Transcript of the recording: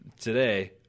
today